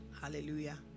Hallelujah